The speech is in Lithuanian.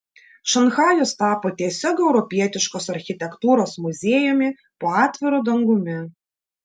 šanchajus tapo tiesiog europietiškos architektūros muziejumi po atviru dangumi